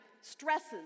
stresses